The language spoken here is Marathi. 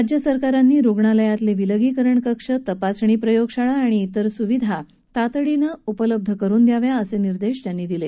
राज्य सरकारांनी रुग्णालयातले विलगीकरण कक्ष तपासणी प्रयोगशाळा आणि इतर सुविधा तातडीनं उपलब्ध करुन द्याव्यात असे निर्देश त्यांनी दिले